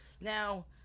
Now